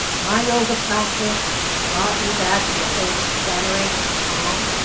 my yoga practice brought me back to a place of centering and calm,